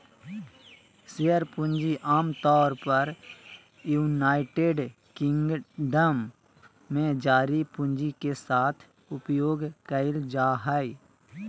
share पूंजी आमतौर पर यूनाइटेड किंगडम में जारी पूंजी के साथ उपयोग कइल जाय हइ